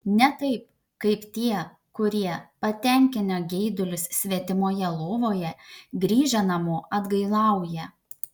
ne taip kaip tie kurie patenkinę geidulius svetimoje lovoje grįžę namo atgailauja